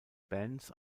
bands